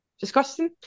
Disgusting